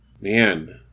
Man